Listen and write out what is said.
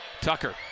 Tucker